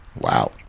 Wow